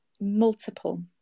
multiple